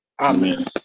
Amen